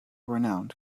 renowned